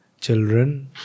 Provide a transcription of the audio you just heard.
children